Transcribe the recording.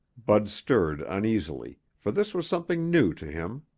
bud stirred uneasily, for this was something new to him.